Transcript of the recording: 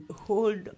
hold